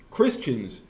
Christians